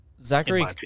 Zachary